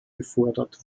gefordert